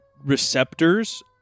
receptors